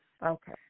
Okay